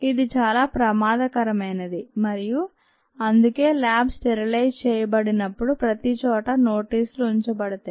ఇది చాలా ప్రమాదకరమైనది మరియు అందుకే ల్యాబ్ స్టెరిలైజ్ చేయబడినప్పుడు ప్రతిచోటా నోటీసులు ఉంచబడతాయి